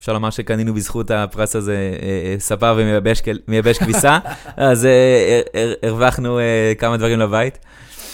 אפשר לומר שקנינו בזכות הפרס הזה ספה ומייבש כביסה, אז הרווחנו כמה דברים לבית.